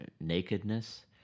nakedness